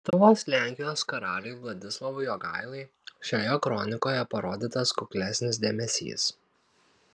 lietuvos lenkijos karaliui vladislovui jogailai šioje kronikoje parodytas kuklesnis dėmesys